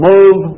Move